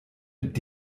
mit